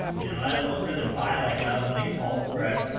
you know? i'd almost rather buy like an out of the money call spread.